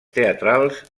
teatrals